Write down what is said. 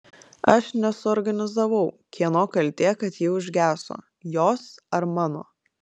aš nesuorganizavau kieno kaltė kad ji užgeso jos ar mano